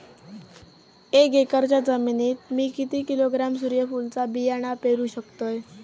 एक एकरच्या जमिनीत मी किती किलोग्रॅम सूर्यफुलचा बियाणा पेरु शकतय?